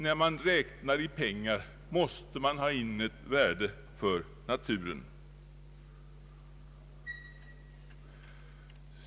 När man räknar i pengar måste man på något sätt få in ett värde för naturen.